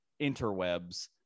interwebs